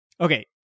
Okay